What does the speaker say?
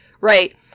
right